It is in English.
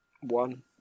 one